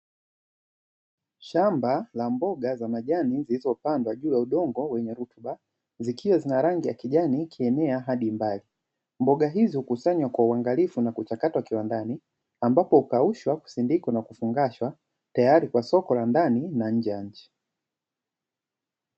Shamba la mboga za majani zilizopandwa juu ya udongo wenye rutuba zikiwa zina rangi ya kijani ikienea hadi mbali. Mboga hizi hukusanywa kwa uangalifu na kuchakatwa kiwandani ambapo hukaushwa, kusindikwa na kufungashwa tayari kwa soko la ndani na nje ya nchi.